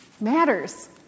matters